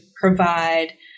provide